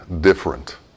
different